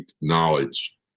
knowledge